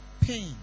pain